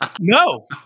No